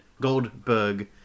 Goldberg